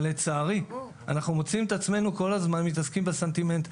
אבל לצערי אנחנו מוצאים את עצמנו כל הזמן מתעסקים בסנטימנט.